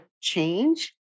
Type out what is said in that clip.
change